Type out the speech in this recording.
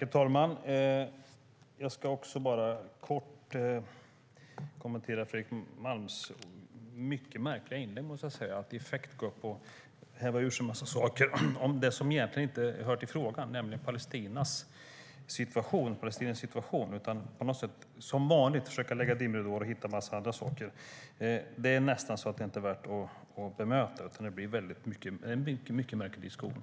Herr talman! Jag ska också kort kommentera Fredrik Malms inlägg. Jag måste säga att det är mycket märkligt att i affekt gå upp och häva ur sig en massa saker som egentligen inte hör till frågan, nämligen palestiniernas situation, och att som vanligt försöka lägga dimridåer och hitta andra saker. Det är nästan inte värt att bemöta. Det blir en mycket märklig diskussion.